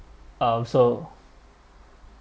um so